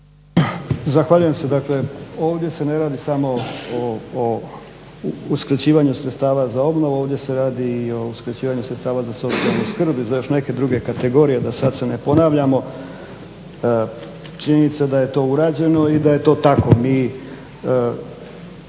Zahvaljujem se. Dakle, ovdje se ne radi samo o uskraćivanju sredstava za obnovu, ovdje se radi i o uskraćivanju sredstava za socijalnu skrb i za još neke druge kategorije da sad se ne ponavljamo. Činjenica da je to urađeno i da je to tako.